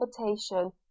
invitation